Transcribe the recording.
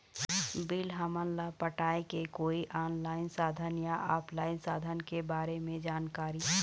Bill हमन ला पटाए के कोई ऑनलाइन साधन या ऑफलाइन साधन के बारे मे जानकारी?